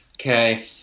Okay